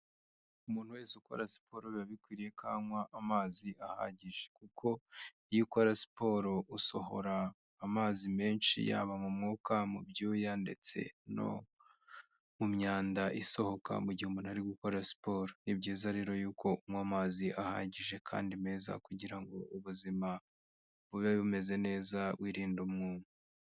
Umuntu wese ukora siporo biba bikwiriye ko anywa amazi ahagije kuko iyo ukora siporo usohora amazi menshi yaba mu mwuka, mu byuya ndetse no mu myanda isohoka mu gihe umuntu ari gukora siporo, ni byiza rero yuko unywa amazi ahagije kandi meza kugira ngo ubuzima bube bumeze neza wirinda umwuma.